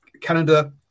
Canada